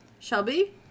Shelby